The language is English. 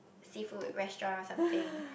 seafood restaurant or something